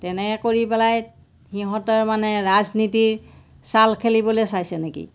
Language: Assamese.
তেনে কৰি পেলাই সিহঁতৰ মানে ৰাজনীতিৰ চাল খেলিবলৈ চাইছে নেকি